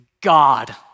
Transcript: God